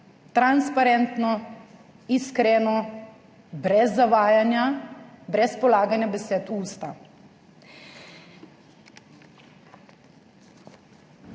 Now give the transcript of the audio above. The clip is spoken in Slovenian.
transparentno, iskreno, brez zavajanja, brez polaganja besed v usta.